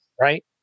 Right